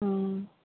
ওম